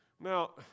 Now